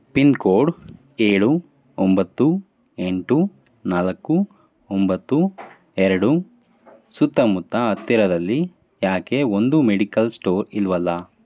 pin code ಏಳು ಒಂಬತ್ತು ಎಂಟು ನಾಲ್ಕು ಒಂಬತ್ತು ಎರಡು ಸುತ್ತಮುತ್ತ ಹತ್ತಿರದಲ್ಲಿ ಯಾಕೆ ಒಂದೂ ಮೆಡಿಕಲ್ ಸ್ಟೋರ್ ಇಲ್ಲವಲ್ಲ